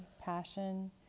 passion